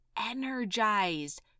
energized